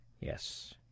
Yes